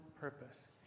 purpose